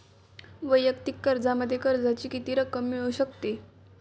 वैयक्तिक कर्जामध्ये कर्जाची किती रक्कम मिळू शकते?